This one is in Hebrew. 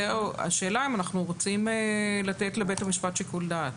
השאלה אם אנחנו רוצים לתת לבית המשפט שיקול דעת.